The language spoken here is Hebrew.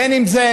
בין אם זה,